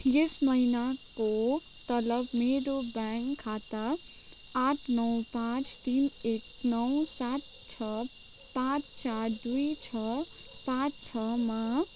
यस महिनाको तलब मेरो ब्याङ्क खाता आठ नौ पाँच तिन एक नौ सात छ पाँच चार दुई छ पाँच छमा